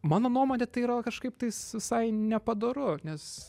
mano nuomone tai yra kažkaip tais visai nepadoru nes